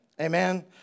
Amen